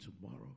tomorrow